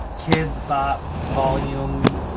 kidz bop volumes, um